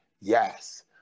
Yes